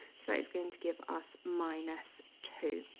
so it's going to give us minus two